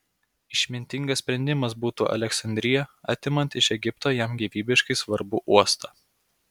išmintingas sprendimas būtų aleksandrija atimant iš egipto jam gyvybiškai svarbų uostą